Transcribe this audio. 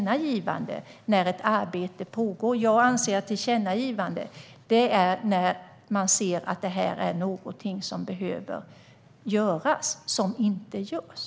Jag anser att ett tillkännagivande är på sin plats när man ser att någonting behöver göras som inte görs.